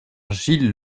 gilles